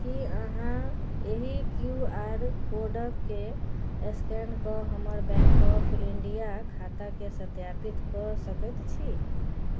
की अहाँ एहि Q R कोडकेँ स्कैन कऽ हमर बैंक ऑफ इंडिया खाताकेँ सत्यापित कऽ सकैत छी